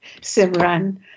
Simran